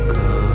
go